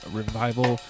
revival